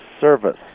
service